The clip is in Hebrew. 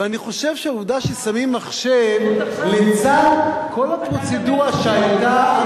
ואני חושב שהעובדה ששמים מחשב לצד כל הפרוצדורה שהיתה,